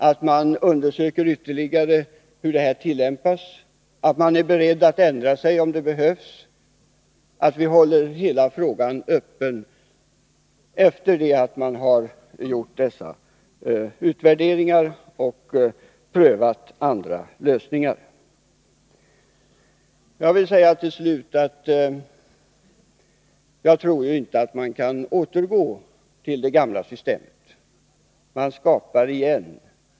Det undersöks ytterligare hur bestämmelserna tillämpas. Vi är beredda att ändra oss om det behövs. Vi håller hela frågan öppen till dess att man har gjort utvärderingen och prövat andra lösningar. Jag vill till slut säga att jag inte tror att man kan återgå till det gamla systemet.